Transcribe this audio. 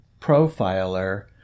profiler